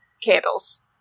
candles